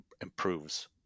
improves